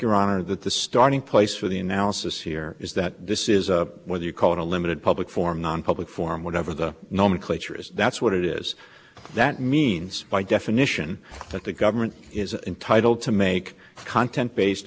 honor that the starting place for the analysis here is that this is whether you call it a limited public form nonpublic form whatever the nomenclature is that's what it is that means by definition that the government is entitled to make content based